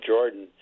Jordan